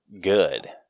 good